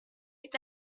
est